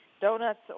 Donuts